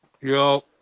Yo